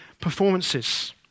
performances